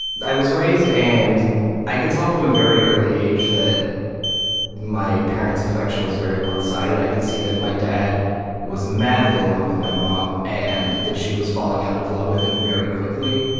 i was raised and i could tell from a very early age that my parents affection was very one-sided. i could see that my dad was madly in love with my mom and that she was falling out of love with him very quickly.